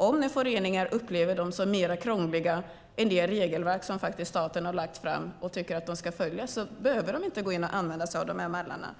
Om föreningar upplever dem som mer krångliga än det regelverk som staten har lagt fram och tycker att de ska följa behöver de inte använda sig av mallarna.